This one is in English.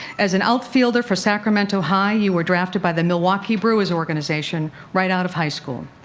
as an outfielder for sacramento high, you were drafted by the milwaukee brewers organization right out of high school.